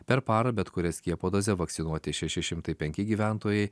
per parą bet kuria skiepo doze vakcinuoti šeši šimtai penki gyventojai